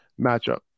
matchup